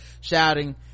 shouting